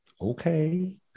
Okay